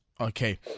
Okay